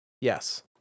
Yes